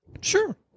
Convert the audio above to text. Sure